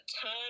time